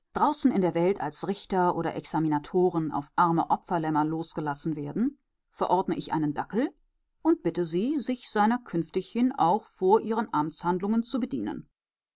draußen in der welt als richter oder examinatoren auf arme opferlämmer losgelassen werden verordne ich einen dackel und bitte sie sich seiner künftighin auch vor ihren amtshandlungen zu bedienen